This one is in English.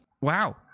wow